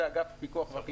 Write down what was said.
זה אגף פיקוח ואכיפה.